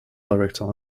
director